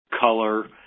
color